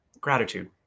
gratitude